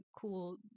cool